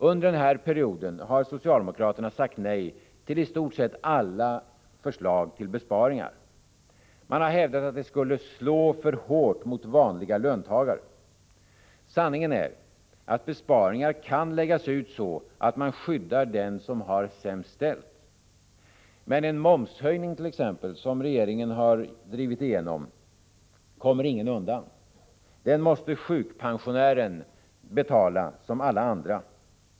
Under den här perioden har socialdemokraterna sagt nej till i stort sett alla förslag till besparingar. Man har hävdat att de skulle slå för hårt mot vanliga löntagare. Sanningen är att besparingar kan läggas ut så att man skyddar den som har det sämst ställt. Men t.ex. en momshöjning som regeringen har drivit igenom kommer ingen undan. Den måste sjukpensionären betala så som alla andra.